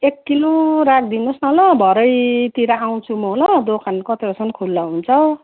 एक किलो राखिदिनोस् न ल भरेतिर आउँछु म ल दोकान कति बेलासम्म खुल्ला हुन्छ